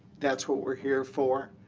that's what we're here for.